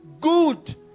good